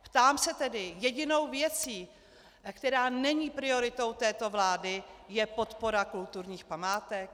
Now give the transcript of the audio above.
Ptám se tedy: jedinou věcí, která není prioritou této vlády, je podpora kulturních památek?